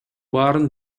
баарын